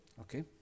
Okay